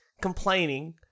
complaining